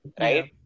right